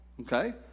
Okay